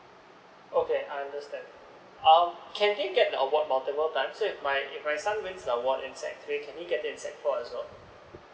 okay I understand um can they get the award multiple times so if if my son wins the award in sec three can he get it in sec four as well